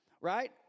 right